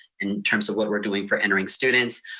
in terms of what we're doing for entering students.